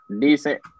decent